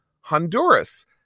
Honduras